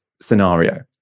scenario